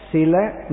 Sila